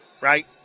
right